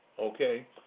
Okay